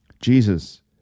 Jesus